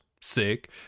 sick